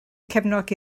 cefnogi